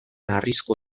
harrizko